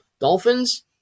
Dolphins